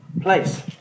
place